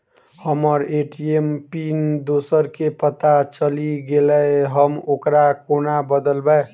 हम्मर ATM pin दोसर केँ पत्ता चलि गेलै, हम ओकरा कोना बदलबै?